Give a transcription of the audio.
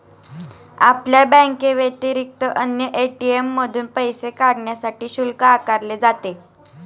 आपल्या बँकेव्यतिरिक्त अन्य ए.टी.एम मधून पैसे काढण्यासाठी शुल्क आकारले जाते